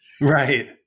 Right